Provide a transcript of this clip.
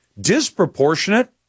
Disproportionate